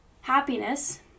Happiness